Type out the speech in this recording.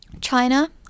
China